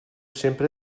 sempre